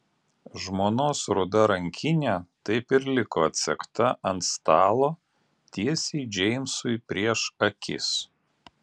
žmonos ruda rankinė taip ir liko atsegta ant stalo tiesiai džeimsui prieš akis